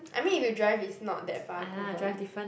I mean if you drive it's not that far Kovan